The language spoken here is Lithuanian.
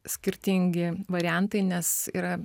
skirtingi variantai nes yra